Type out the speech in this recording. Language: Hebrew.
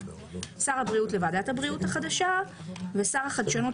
שר הבריאות לוועדת הבריאות החדשה ושר החדשנות,